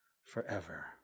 Forever